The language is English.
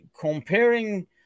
comparing